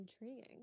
intriguing